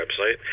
website